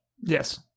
Yes